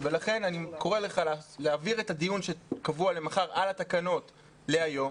לכן אני קורא לך להעביר את הדיון שקבוע למחר על התקנות להיום